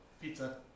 Pizza